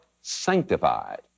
sanctified